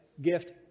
gift